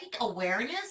awareness